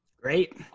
Great